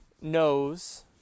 knows